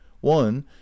one